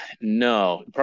no